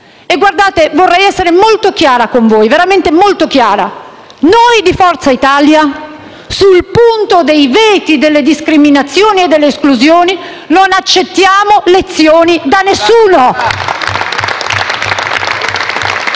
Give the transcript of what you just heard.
Guardate, vorrei essere molto chiara con voi, davvero: noi di Forza Italia sul punto dei veti, delle discriminazioni e delle esclusioni non accettiamo lezioni da nessuno.